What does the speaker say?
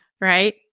right